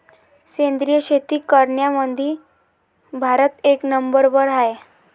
सेंद्रिय शेती करनाऱ्याईमंधी भारत एक नंबरवर हाय